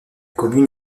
commune